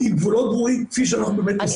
עם גבולות ברורים כפי שאנחנו באמת עושים.